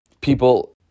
people